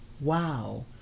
Wow